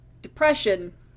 depression